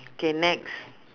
K next